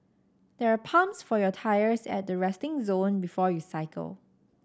there are pumps for your tyres at the resting zone before you cycle